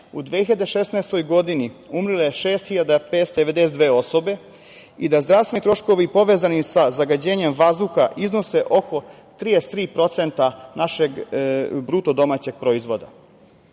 u 2016. godini umrle 6.592 osobe i da zdravstveni troškovi povezani sa zagađenjem vazduha iznose oko 33% našeg BDP.Postavlja